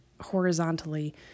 horizontally